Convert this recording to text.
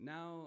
Now